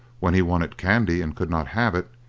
when he wanted candy and could not have it,